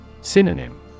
Synonym